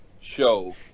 show